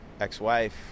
ex-wife